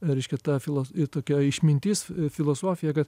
reiškia ta filoso ir tokia išmintis filosofija kad